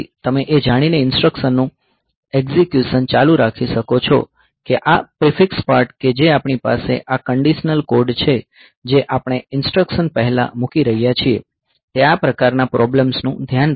તમે એ જાણીને ઇન્સટ્રકશનનું એકઝીક્યુશન ચાલુ રાખી શકો છો કે આ પ્રિફિક્સ પાર્ટ કે જે આપણી પાસે આ કંડીશનલ કોડ છે જે આપણે ઇન્સટ્રકશન પહેલાં મૂકી રહ્યા છીએ તે આ પ્રકારના પ્રોબ્લેમ્સ નું ધ્યાન રાખશે